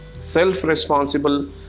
self-responsible